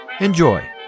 Enjoy